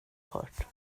hört